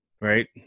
right